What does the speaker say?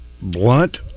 blunt